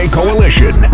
Coalition